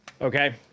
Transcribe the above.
Okay